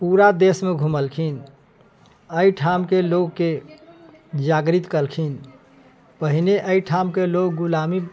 पूरा देश मे घुमलखिन एहिठाम के लोकके जागृत केलखिन पहिने अएहिठाम के लोग गुलामी